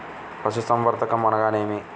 పశుసంవర్ధకం అనగా ఏమి?